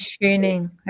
tuning